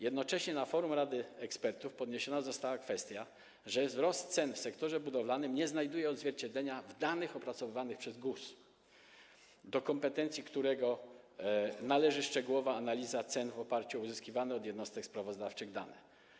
Jednocześnie na forum rady ekspertów podniesiona została kwestia tego, że wzrost cen w sektorze budowlanym nie znajduje odzwierciedlenia w danych opracowywanych przez GUS, do którego kompetencji należy szczegółowa analiza cen w oparciu o otrzymywane od jednostek sprawozdawczych dane.